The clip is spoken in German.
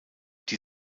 die